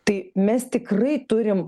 tai mes tikrai turim